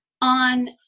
on